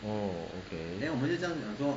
orh